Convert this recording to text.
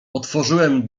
otworzyłem